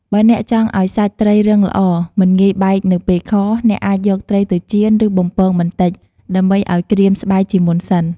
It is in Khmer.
បើអ្នកចង់ឱ្យសាច់ត្រីរឹងល្អ មិនងាយបែកនៅពេលខ អ្នកអាចយកត្រីទៅចៀន ឬបំពងបន្តិច ដើម្បីឱ្យក្រៀមស្បែកជាមុនសិន។